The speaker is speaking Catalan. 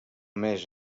més